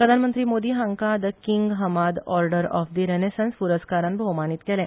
प्रधानमंत्री मोदी हांका the King Hamad Order of the Renaissance पुरस्कारान भौमानीत केले